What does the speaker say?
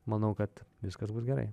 manau kad viskas bus gerai